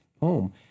home